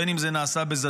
בין אם זה נעשה בזדון,